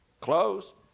Close